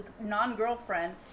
non-girlfriend